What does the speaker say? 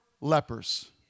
lepers